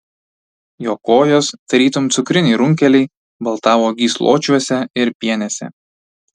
jo kojos tarytum cukriniai runkeliai baltavo gysločiuose ir pienėse